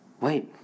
Wait